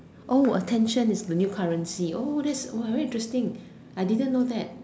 oh attention is the new currency oh that's very interesting I didn't know that